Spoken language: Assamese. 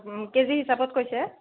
কেজি হিচাপত কৈছে